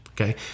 Okay